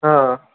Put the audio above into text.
অঁ